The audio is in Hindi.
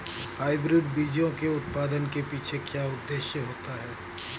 हाइब्रिड बीजों के उत्पादन के पीछे क्या उद्देश्य होता है?